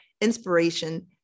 inspiration